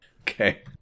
Okay